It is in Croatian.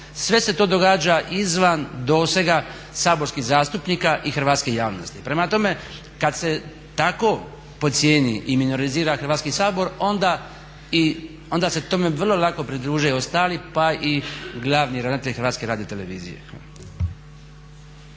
sve se to događa izvan dosega saborskih zastupnika i hrvatske javnosti. Prema tome, kada se tako podcijeni i minorizira Hrvatski sabor onda se tome vrlo lako pridruže i ostali pa i glavni ravnatelj HRT-a. Hvala.